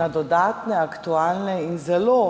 na dodatne aktualne in zelo